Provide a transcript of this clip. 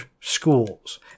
schools